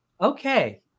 okay